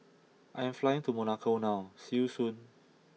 I am flying to Monaco now see you soon